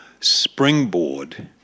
springboard